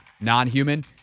non-human